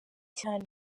cyane